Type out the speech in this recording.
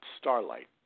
starlight